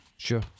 Sure